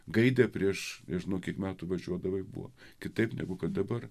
gaidę prieš ir nežinau kiek metų važiuodavai buvo kitaip negu kad dabar